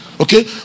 Okay